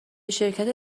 شرکت